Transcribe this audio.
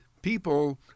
People